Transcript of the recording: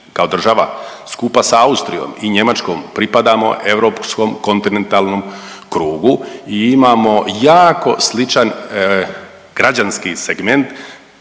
kao država skupa sa Austrijom i Njemačkom pripadamo europskom kontinentalnom krugu i imamo jako sličan građanski segment,